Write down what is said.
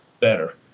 better